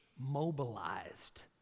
mobilized